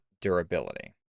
durability